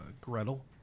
Gretel